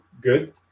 good